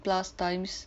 plus times